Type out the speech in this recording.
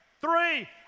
Three